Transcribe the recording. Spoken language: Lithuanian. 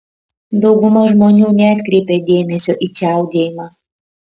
dauguma žmonių neatkreipia dėmesio į čiaudėjimą